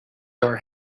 are